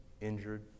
injured